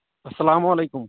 اَلسلام علیکُم